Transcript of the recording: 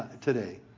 today